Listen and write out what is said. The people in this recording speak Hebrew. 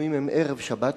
שהפינויים הם ערב שבת,